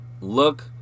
look